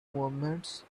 moments